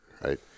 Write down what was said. right